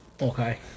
Okay